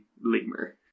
lemur